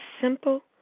simple